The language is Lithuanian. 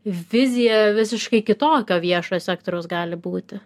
vizija visiškai kitokio viešojo sektoriaus gali būti